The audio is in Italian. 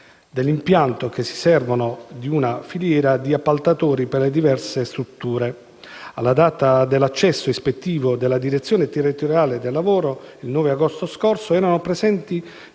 dell'impianto, che si servono di una filiera di appaltatori per le diverse strutture. Alla data dell'accesso ispettivo della direzione territoriale del lavoro, il 9 agosto scorso, erano presenti